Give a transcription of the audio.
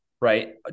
right